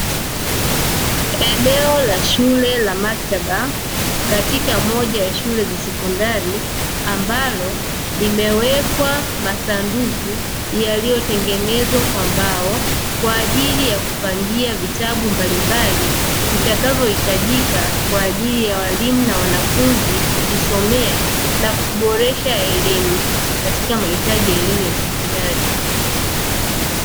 Eneo la shule la maktaba katika moja ya shule za sekondari, ambalo limewekwa masanduku yaliyotengenezwa kwa mbao, kwa ajili ya kupangia vitabu mbalimbali vitakavyohitajika kwa ajili ya walimu na wanafunzi kujisomea, na kuboresha elimu katika mahitaji ya elimu ya sekondari.